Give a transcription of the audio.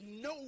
no